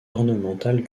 ornemental